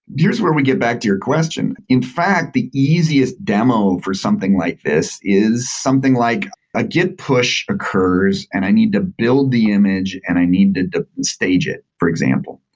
here is where we get back to your question. in fact, the easiest demo for something like this is something like a git push occurs and i need to build the image and i need to to stage it, for example.